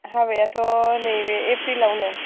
हाबायाथ' नै बे एप्रिलावनो